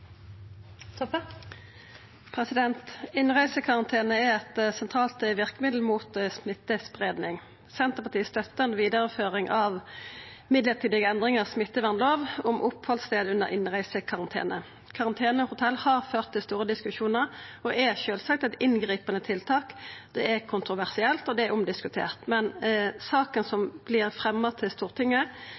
eit sentralt verkemiddel mot smittespreiing. Senterpartiet støttar ei vidareføring av mellombelse endringar i smittevernlova, om opphaldsstad under innreisekarantene. Karantenehotell har ført til store diskusjonar og er sjølvsagt eit inngripande tiltak. Det er kontroversielt, og det er omdiskutert. Men saka som vert fremja for Stortinget,